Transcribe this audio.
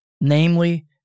Namely